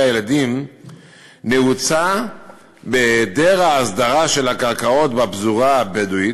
הילדים נעוצה בהיעדר ההסדרה של הקרקעות בפזורה הבדואית,